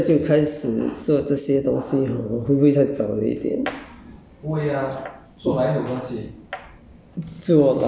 可是会不会太早了一点现在就开始做这些东西 hor 会不会太早了一点